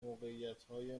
موقعیتهای